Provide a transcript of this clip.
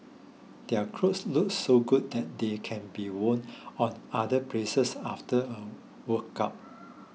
their clothes look so good that they can be worn other places after a workout